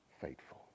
faithful